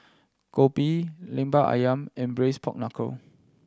kopi Lemper Ayam and Braised Pork Knuckle